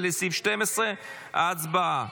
15 לסעיף 12. הצבעה.